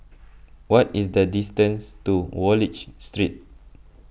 what is the distance to Wallich Street